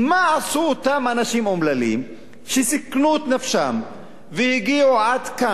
מה עשו אותם אנשים אומללים שסיכנו את נפשם והגיעו עד כאן,